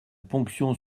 ponction